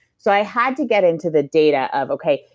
so i had to get into the data of okay,